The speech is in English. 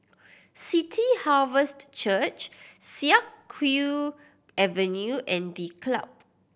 City Harvest Church Siak Kew Avenue and The Club